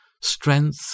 strength